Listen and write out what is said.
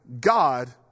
God